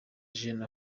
jeune